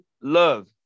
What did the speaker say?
love